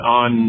on